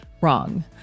Wrong